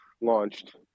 launched